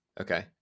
Okay